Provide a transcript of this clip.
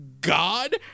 God